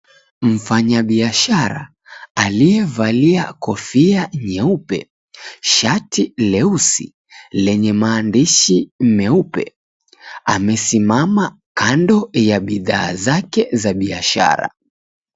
Mfanyabiashara aliyevalia kofia nyeupe, shati leusi lenye maandishi meupe amesimama kando ya bidhaa zake za biashara.